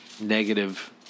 negative